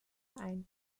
ein